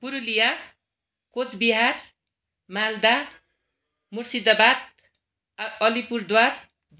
पुरुलिया कुचबिहार मालदा मुर्सिदावाद आ अलिपुरद्वार